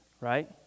right